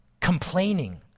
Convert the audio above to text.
Complaining